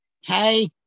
Hey